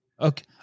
Okay